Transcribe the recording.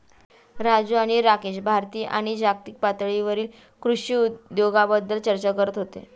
राजू आणि राकेश भारतीय आणि जागतिक पातळीवरील कृषी उद्योगाबद्दल चर्चा करत होते